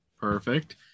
Perfect